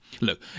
Look